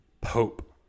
Pope